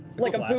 like a